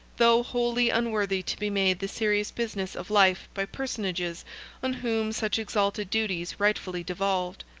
though wholly unworthy to be made the serious business of life by personages on whom such exalted duties rightfully devolved.